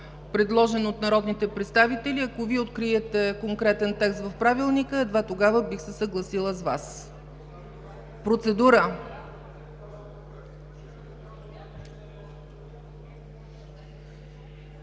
предложен от народните представители. Ако Вие откриете конкретен текст в Правилника, едва тогава бих се съгласила с Вас. Процедура?